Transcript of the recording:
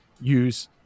use